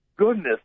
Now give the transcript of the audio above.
goodness